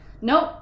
nope